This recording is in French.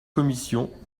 commissions